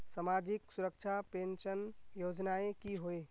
सामाजिक सुरक्षा पेंशन योजनाएँ की होय?